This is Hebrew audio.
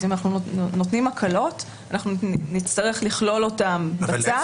אם אנחנו נותנים הקלות אנחנו נצטרך לכלול אותן בצו.